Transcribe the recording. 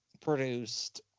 produced